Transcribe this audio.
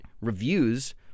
reviews